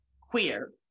queer